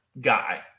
guy